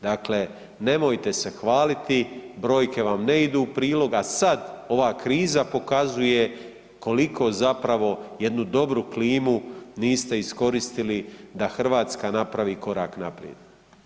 Dakle, nemojte se hvaliti brojke vam ne idu u prilog, a sad ova kriza pokazuje koliko zapravo jednu dobru klimu niste iskoristili da Hrvatska napravi korak naprijed.